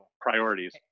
priorities